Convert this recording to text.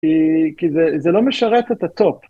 ‫כי זה לא משרת את הטופ.